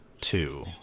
two